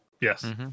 Yes